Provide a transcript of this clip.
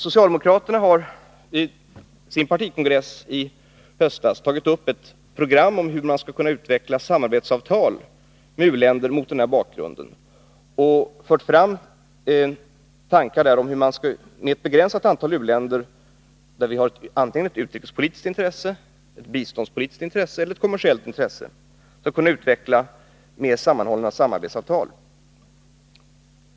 Socialdemokraterna har vid sin partikongress i höstas tagit upp ett program om hur man skall kunna utveckla samarbetsavtal med u-länder mot denna bakgrund. Där har förts fram tankar om hur vi med ett begränsat antal u-länder där vi har ett utrikespolitiskt intresse, ett biståndspolitiskt intresse eller ett kommersiellt intresse skall kunna utveckla mer sammanhållna samarbetsavtal.